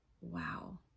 Wow